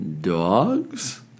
dogs